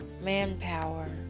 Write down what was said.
manpower